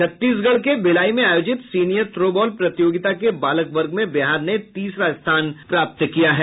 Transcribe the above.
छत्तीसगढ़ के भिलाई में आयोजित सीनियर थ्रो बॉल प्रतियोगिता के बालक वर्ग में बिहार ने तीसरा स्थान प्राप्त किया है